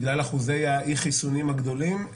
בגלל אחוזי אי החיסונים הגדולים,